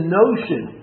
notion